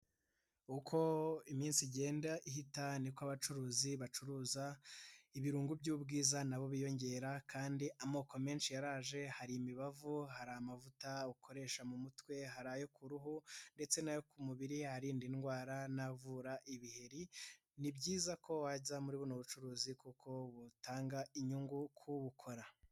Uko iminsi igenda ihita niko abacuruzi bacuruza ibirungo by'ubwiza nabo biyongera kandi amoko menshi yaraje, hari imibavu, hari amavuta ukoresha mu mutwe, hari ayo ku ruhu ndetse n'ayo ku mubiri, arinda indwara n'avura ibiheri, ni byiza ko wajya muri buno bucuruzi kuko butanga inyungu ku ubukora.